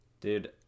dude